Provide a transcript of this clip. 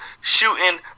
shooting